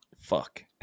Fuck